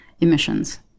emissions